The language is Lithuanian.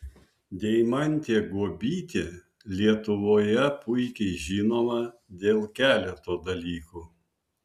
deimantė guobytė lietuvoje puikiai žinoma dėl keleto dalykų